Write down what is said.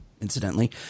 Incidentally